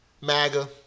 MAGA